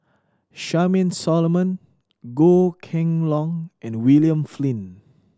Charmaine Solomon Goh Kheng Long and William Flint